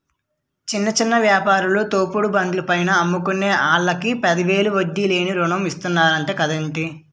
చిన్న చిన్న యాపారాలు, తోపుడు బండ్ల పైన అమ్ముకునే ఆల్లకి పదివేలు వడ్డీ లేని రుణం ఇతన్నరంట కదేటి